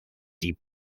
die